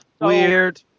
Weird